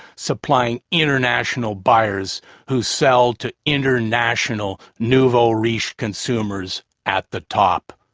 supplying international buyers who sell to international nouvelle riche consumers at the top.